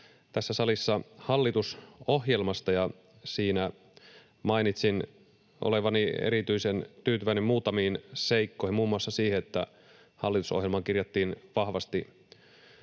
tässä salissa hallitusohjelmasta, miten siinä mainitsin olevani erityisen tyytyväinen muutamiin seikkoihin, muun muassa siihen, että hallitusohjelmaan kirjattiin vahvasti